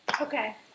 Okay